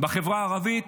בחברה הערבית,